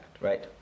right